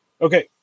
Okay